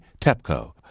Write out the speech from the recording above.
TEPCO